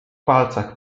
palcach